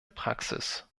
praxis